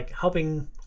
helping